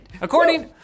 According